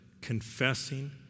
confessing